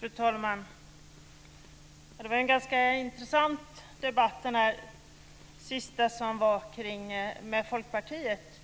Fru talman! Det var en ganska intressant debatt - den här sista som fördes med Folkpartiet